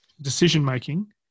decision-making